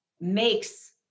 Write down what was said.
makes